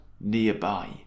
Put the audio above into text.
nearby